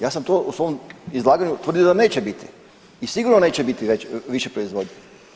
Ja sam to u svom izlaganju tvrdio da neće biti i sigurno neće biti više proizvodnje.